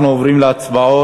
אנחנו עוברים להצבעות.